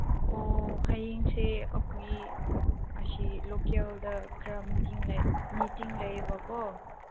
ꯑꯣ ꯍꯌꯦꯡꯁꯦ ꯑꯩꯈꯣꯏ ꯑꯁꯤ ꯂꯣꯀꯦꯜꯗ ꯈꯔ ꯃꯤꯇꯤꯡ ꯂꯩ ꯃꯤꯇꯤꯡ ꯂꯩꯌꯦꯕꯀꯣ